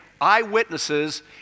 eyewitnesses